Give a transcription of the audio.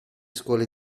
scuole